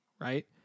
right